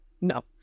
no